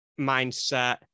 mindset